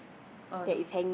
oh no